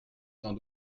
sans